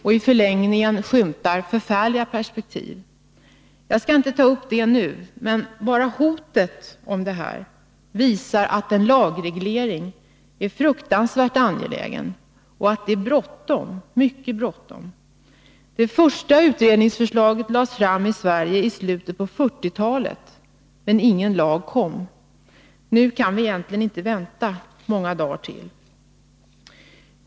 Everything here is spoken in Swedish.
I förlängningen skymtar förfärliga perspektiv. Jag skall inte gå närmare in på detta nu, men bara hotet om en sådan utveckling visar att en lagreglering är utomordentligt angelägen och att det är bråttom — mycket bråttom. Det första utredningsförslaget på det här området presenterades i Sverige i slutet av 1940-talet, men ingen lagstiftning infördes. Nu kan vi inte vänta många dagar till.